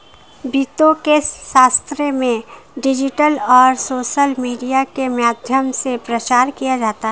वित्त के क्षेत्र में डिजिटल और सोशल मीडिया के माध्यम से प्रचार किया जाता है